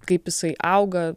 kaip jisai auga